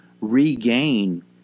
regain